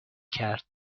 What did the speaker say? کرد